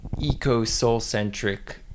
eco-soul-centric